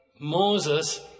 Moses